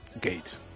gate